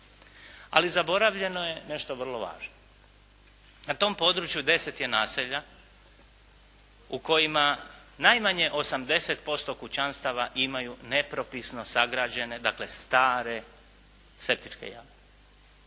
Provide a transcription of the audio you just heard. Ali zaboravljeno je nešto vrlo važno. Na tom području deset je naselja u kojima najmanje 80% kućanstava imaju nepropisno sagrađene, dakle, stare septičke jame.